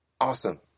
Awesome